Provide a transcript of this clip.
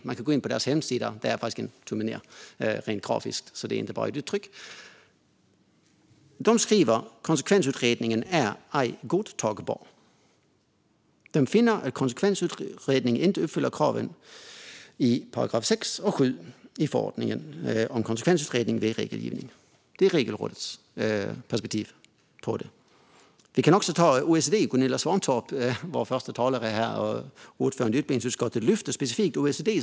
Man kan gå in på deras hemsida och rent grafiskt se denna tumme, så det är inte bara ett uttryck. De skriver att konsekvensutredningen inte är godtagbar. De finner att konsekvensutredningen inte uppfyller kraven i paragraferna 6 och 7 i förordningen om konsekvensutredning vid regelgivning. Detta är Regelrådets perspektiv. Vi kan också ta OECD. Gunilla Svantorp var första talare här och är ordförande i utbildningsutskottet, och hon lyfte specifikt fram OECD.